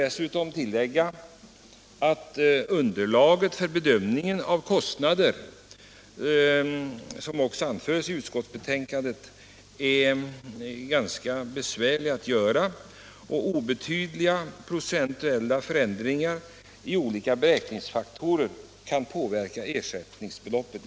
Dessutom bör tilläggas att en bedömning av kostnaderna är synnerligen besvärlig att göra. Obetydliga procentuella förändringar i olika beräk ningsfaktorer kan i hög grad påverka ersättningsbeloppet.